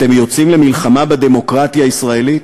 אתם יוצאים למלחמה בדמוקרטיה הישראלית?